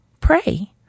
pray